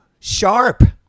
Sharp